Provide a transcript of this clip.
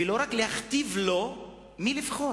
ולא רק להכתיב לו מי לבחור.